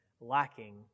lacking